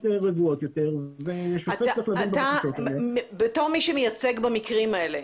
רגועות יותר ושופט צריך לדון בבקשות האלה --- כמי שמייצג במקרים האלה,